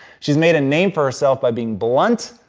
she has made a name for herself by being blunt,